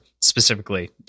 specifically